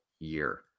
year